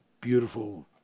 beautiful